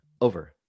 over